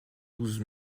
douze